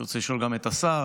רוצה לשאול גם את השר,